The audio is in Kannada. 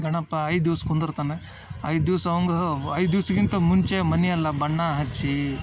ಗಣಪ ಐದು ದಿವ್ಸ ಕುಂದಿರ್ತಾನ ಐದು ದಿವ್ಸ ಅವಂಗ ಐದು ದಿವಸಕ್ಕಿಂತ ಮುಂಚೆ ಮನೆ ಎಲ್ಲ ಬಣ್ಣ ಹಚ್ಚಿ